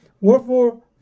Wherefore